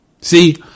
See